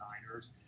designers